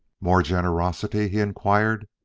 more generosity? he inquired.